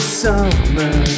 summer